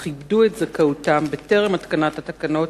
אך איבדו את זכאותם בטרם התקנת התקנות,